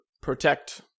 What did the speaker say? protect